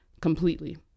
completely